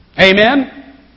Amen